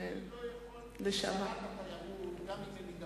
אני לא יכול, שרת התיירות, גם אם,